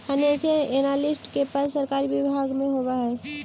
financial analyst के पद सरकारी विभाग में होवऽ हइ